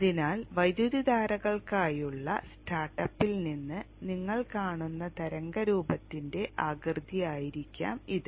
അതിനാൽ വൈദ്യുതധാരകൾക്കായുള്ള സ്റ്റാർട്ടപ്പിൽ നിന്ന് നിങ്ങൾ കാണുന്ന തരംഗ രൂപത്തിന്റെ ആകൃതിയായിരിക്കാം ഇത്